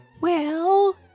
Well